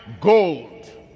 gold